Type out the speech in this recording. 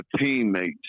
teammates